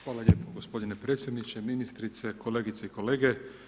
Hvala lijepo, gospodine predsjedniče, ministrice, kolegice i kolege.